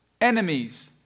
Enemies